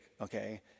okay